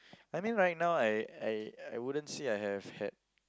I mean right now I I I wouldn't say I have had